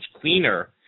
cleaner